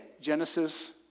Genesis